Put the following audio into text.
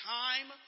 time